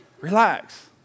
relax